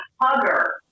hugger